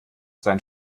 sein